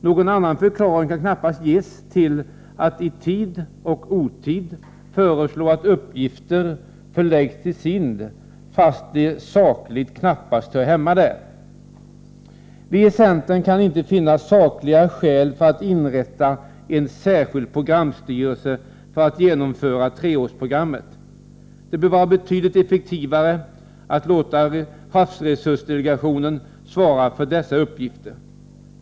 Någon annan förklaring kan knappast ges till att i tid och otid föreslå 149 att uppgifter förläggs till SIND, fast de sakligt knappast hör hemma där. Vi i centern kan inte finna sakliga skäl för att inrätta en särskild programstyrelse för att genomföra treårsprogrammet. Det bör vara betydligt effektivare att låta havsresursdelegationen svara för dessa uppgifter.